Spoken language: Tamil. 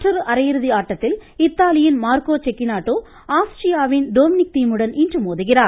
மற்றொரு அரையிறுதி ஆட்டத்தில் இத்தாலியின் செக்கினாட்டோ ஆஸ்ட்ரியாவின் தீமுடன் இன்று மோதுகிறார்